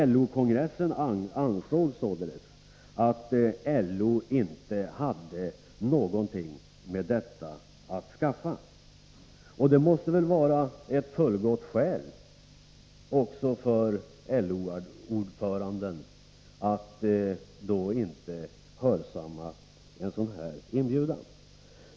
LO-kongressen ansåg således att LO inte hade någonting med detta att skaffa. Det måste väl också vara ett fullgott skäl för LO-ordföranden att inte hörsamma en sådan här inbjudan.